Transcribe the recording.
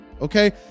Okay